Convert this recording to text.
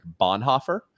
Bonhoeffer